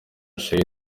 charly